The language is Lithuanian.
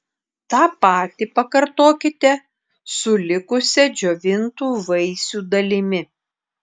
tą patį pakartokite su likusia džiovintų vaisių dalimi